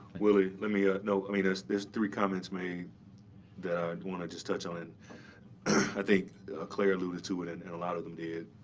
willie, let me you know i mean there's there's three comments made that i want to just touch on it. and i think clare alluded to it it and a lot of them did.